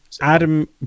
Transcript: Adam